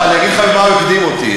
לא, אני אגיד לך במה הוא הקדים אותי.